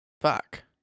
Fuck